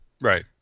Right